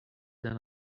than